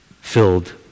filled